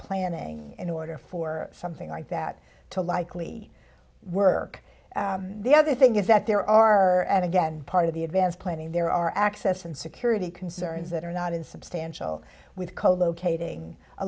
planning in order for something like that to likely work the other thing is that there are and again part of the advanced planning there are access and security concerns that are not insubstantial with co locating a